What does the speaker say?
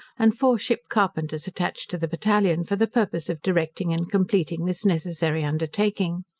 and four ship carpenters attached to the battalion, for the purpose of directing and completing this necessary undertaking.